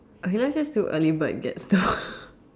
okay let's just do early bird gets the